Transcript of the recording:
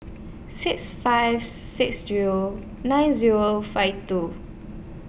six five six Zero nine Zero five two